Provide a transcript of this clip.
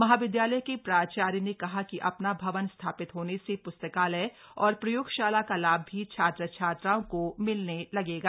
महाविद्यालय के प्राचार्य ने कहा कि अपना भवन स्थापित होने से प्स्तकालय और प्रयोगशाला का लाभ भी छात्र छात्राओं को मिलने लगेगा